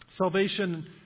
Salvation